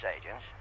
agents